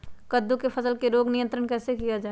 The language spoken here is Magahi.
कददु की फसल में रोग नियंत्रण कैसे किया जाए?